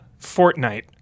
Fortnite